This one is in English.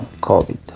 COVID